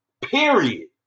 Period